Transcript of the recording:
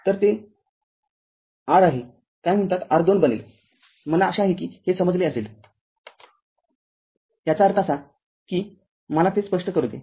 तर ते r आहे काय म्हणतात ते r R २ बनेल मला आशा आहे की हे समजले असेल याचा अर्थ असा आहे की मला ते स्पष्ट करू दे